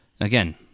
Again